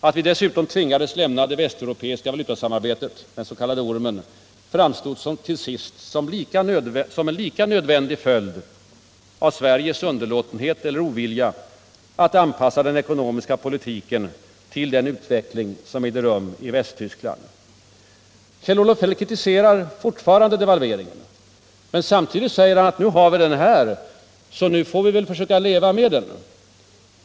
Att vi dessutom tvingades lämna det västeuropeiska valutasamarbetet — den s.k. ormen — framstod till sist som en lika nödvändig följd av Sveriges underlåtenhet eller ovilja att anpassa den ekonomiska politiken till den utveckling som ägde rum i Västtyskland. Kjell-Olof Feldt kritiserar fortfarande devalveringen, men samtidigt säger han att nu har vi den, så nu får vi väl försöka leva med den.